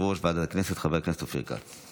יושב-ראש ועדת הכנסת, חבר הכנסת אופיר כץ.